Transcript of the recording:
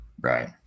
Right